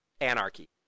anarchy